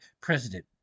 President